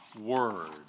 word